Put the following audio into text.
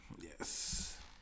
Yes